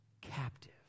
captive